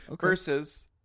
Versus